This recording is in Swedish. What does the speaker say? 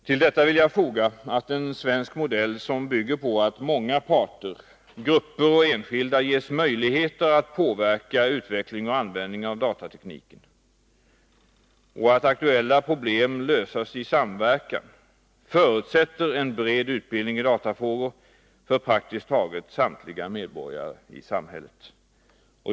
Till detta vill jag foga att en svensk modell, som bygger på att många parter, grupper och enskilda ges möjligheter att påverka utveckling och användning av datatekniken och att aktuella problem löses i samverkan, förutsätter en bred utbildning i datafrågor för praktiskt taget samtliga medborgare i samhället.